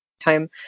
time